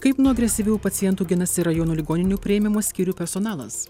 kaip nuo agresyvių pacientų ginasi rajonų ligoninių priėmimo skyrių personalas